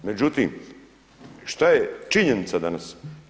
Međutim šta je činjenica danas?